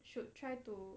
should try to